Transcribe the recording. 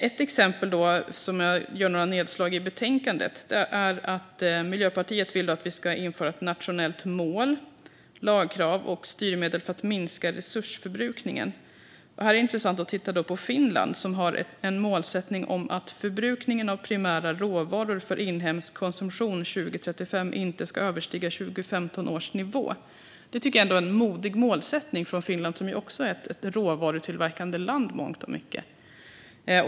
Ett exempel, där jag gör några nedslag i betänkandet, är att Miljöpartiet vill att vi ska införa ett nationellt mål, lagkrav och styrmedel för att minska resursförbrukningen. Här är det intressant att titta på Finland, som har en målsättning om att förbrukningen av primära råvaror för inhemsk konsumtion 2035 inte ska överstiga 2015 års nivå. Det är ändå en modig målsättning av Finland, som ändå i mångt och mycket är ett råvarutillverkande land.